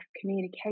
communication